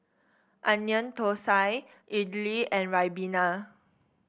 Onion Thosai idly and ribena